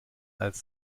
als